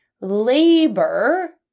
labor